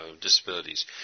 disabilities